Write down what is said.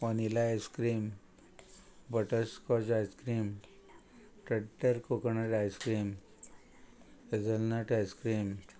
vanilla icecream butterscotch icecream tender coconut icecream hazelnut icecream